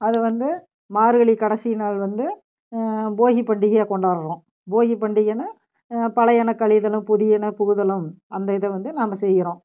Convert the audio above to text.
அத வந்து மார்கழி கடைசி நாள் வந்து போகி பண்டிகையாக கொண்டாடுறோம் போகி பண்டிகைனால் பழையன கழிதலும் புதியன புகுதலும் அந்த இதை வந்து நாம் செய்கிறோம்